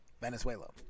Venezuela